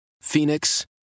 Phoenix